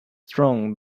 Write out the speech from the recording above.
strong